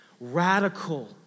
radical